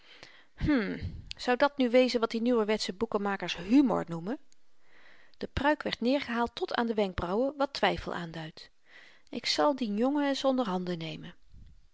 hm zou dat nu wezen wat de nieuwerwetsche boekenmakers humor noemen de pruik werd neergehaald tot aan de wenkbrauwen wat twyfel aanduidt ik zal dien jongen eens onderhanden nemen